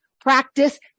practice